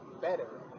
Better